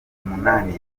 umunani